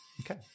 okay